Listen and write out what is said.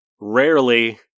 rarely